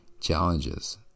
challenges